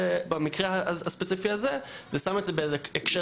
במקרה הספציפי הזה זה שם את זה באיזה הקשר